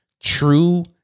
True